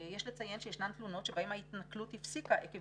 יש לציין שיש תלונות בהן ההתנכלות הפסיקה עקב